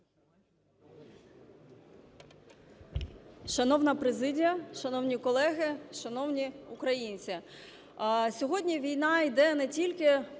Шановна президія, шановні колеги, шановні українці! Сьогодні війна йде не тільки